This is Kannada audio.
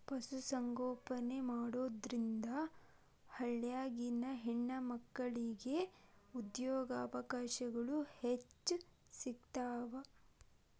ಪಶು ಸಂಗೋಪನೆ ಮಾಡೋದ್ರಿಂದ ಹಳ್ಳ್ಯಾಗಿನ ಹೆಣ್ಣಮಕ್ಕಳಿಗೆ ಉದ್ಯೋಗಾವಕಾಶ ಹೆಚ್ಚ್ ಸಿಗ್ತಾವ